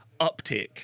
uptick